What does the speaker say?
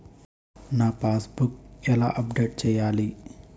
నా passbook ఎలా update చేయాలి?